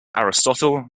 aristotle